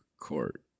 court